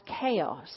chaos